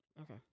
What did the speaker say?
Okay